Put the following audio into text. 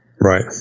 Right